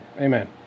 Amen